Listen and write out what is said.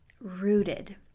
rooted